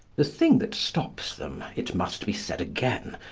the thing that stops them, it must be said again,